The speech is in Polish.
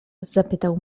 zapytał